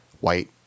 white